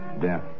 death